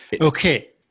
Okay